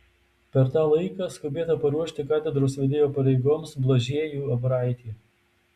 per tą laiką skubėta paruošti katedros vedėjo pareigoms blažiejų abraitį